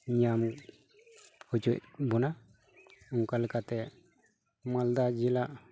ᱧᱟᱢ ᱦᱚᱪᱚᱭᱮᱫ ᱵᱚᱱᱟ ᱚᱱᱠᱟ ᱞᱮᱠᱟᱛᱮ ᱢᱟᱞᱫᱟ ᱡᱮᱞᱟ